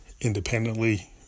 independently